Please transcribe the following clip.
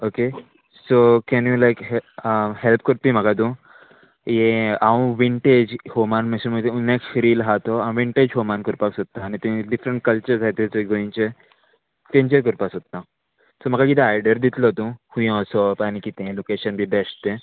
okay so can you like हें help करपी म्हाका तूं ये हांव विनटेज होमान मेशन उक्स फ्रील आहा तो हांव विंटेज होमान करपाक सोदता आनी थंय डिफरंट कल्चर आहाय थंय गोंयचे तेंचेर करपाक सोदता हांव सो म्हाका कितें आयडियेर दितलो तूं खूंय ओसोप आनी कितें लोकेशन बी बेश्ट तें